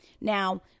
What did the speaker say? Now